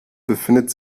befindet